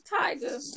Tiger